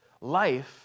Life